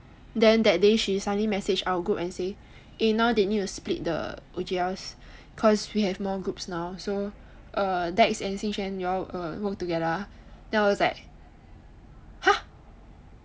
then that day she suddenly message our group say eh now they need to split the O_G_L_S cause they have more groups now so err dex and jing xuan you all work together ah then I was like !huh!